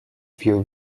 few